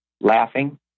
laughing